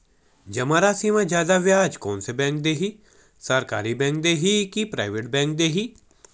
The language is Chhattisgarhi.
जमा राशि म जादा ब्याज कोन से बैंक ह दे ही, सरकारी बैंक दे हि कि प्राइवेट बैंक देहि?